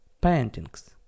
paintings